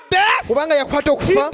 death